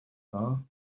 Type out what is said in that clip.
dda